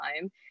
time